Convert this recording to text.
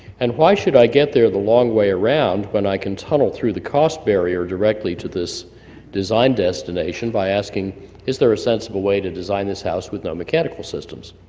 and why should i get there the long way around when i can tunnel through the cost barrier directly to this design destination by asking is there a sensible way to design this house with no mechanical systems?